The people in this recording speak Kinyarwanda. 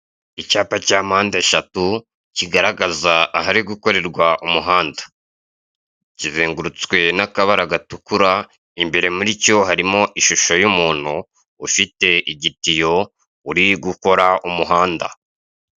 Icyapa cya mpandeshatu kigaragaza ahari umuhanda. Kizengurutswe n'akabara gatukura, imbere muricyo harimo ishusho y'umuntu, ufite igitiyo uri gukora umuhanda.